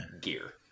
gear